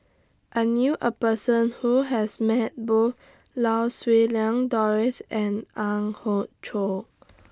I knew A Person Who has Met Both Lau Siew Lang Doris and Ang Hiong Chiok